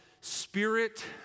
spirit